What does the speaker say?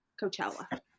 Coachella